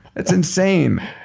that's insane